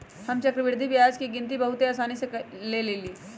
हम चक्रवृद्धि ब्याज के गिनति बहुते असानी से क लेईले